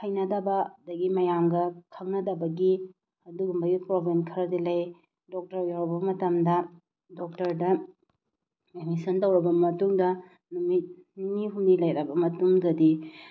ꯍꯩꯅꯗꯕ ꯑꯗꯒꯤ ꯃꯌꯥꯝꯒ ꯈꯪꯅꯗꯕꯒꯤ ꯑꯗꯨꯒꯨꯝꯕꯒꯤ ꯄ꯭ꯔꯣꯕ꯭ꯂꯦꯝ ꯈꯔꯗꯤ ꯂꯩ ꯗꯣꯛꯇꯔ ꯌꯧꯔꯕ ꯃꯇꯝꯗ ꯗꯣꯛꯇꯔꯗ ꯑꯦꯃꯤꯁꯟ ꯇꯧꯔꯕ ꯃꯇꯨꯡꯗ ꯅꯨꯃꯤꯠ ꯅꯤꯅꯤ ꯍꯨꯝꯅꯤ ꯂꯩꯔꯕ ꯃꯇꯨꯡꯗꯗꯤ